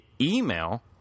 email